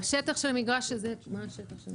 השטח של המגרש הזה מה השטח של המגרשים?